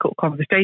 conversation